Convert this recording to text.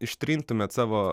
ištrintumėt savo